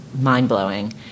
mind-blowing